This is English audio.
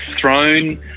thrown